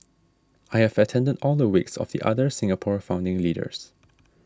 I have attended all the wakes of the other Singapore founding leaders